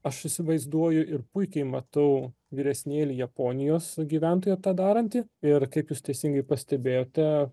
aš įsivaizduoju ir puikiai matau vyresnėlį japonijos gyventoją tą darantį ir kaip jūs teisingai pastebėjote